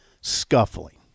scuffling